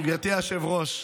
גברתי היושבת-ראש,